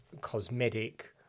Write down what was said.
cosmetic